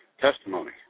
testimony